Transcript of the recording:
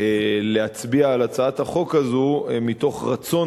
להצביע על הצעת החוק מתוך רצון,